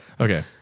Okay